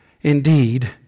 Indeed